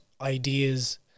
ideas